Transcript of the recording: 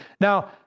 Now